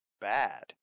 bad